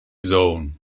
zone